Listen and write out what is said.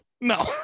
No